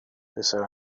پسر